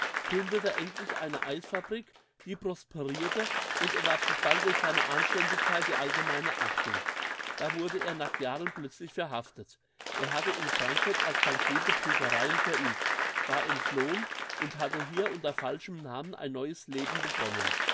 gründete endlich eine eisfabrik die prosperirte und erwarb sich bald durch seine anständigkeit die allgemeine achtung da wurde er nach jahren plötzlich verhaftet er hatte in frankfurt als bankier betrügereien verübt war entflohen und hatte hier unter falschem namen ein neues leben begonnen